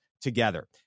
together